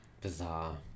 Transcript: bizarre